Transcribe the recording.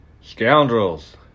scoundrels